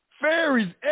Fairies